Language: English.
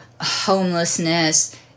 homelessness